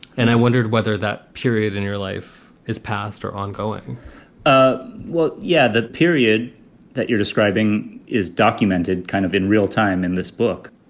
and i wondered whether that period in your life is past or ongoing ah well, yeah, that period that you're describing is documented kind of in real time in this book.